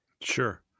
Sure